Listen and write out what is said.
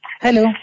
Hello